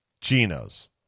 Geno's